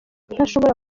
ntashobora